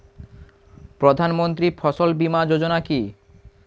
প্রধানমন্ত্রী ফসল বীমা যোজনা কি?